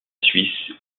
suisse